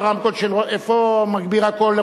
כי לפי הרב שלנו אתה יכול להתאים,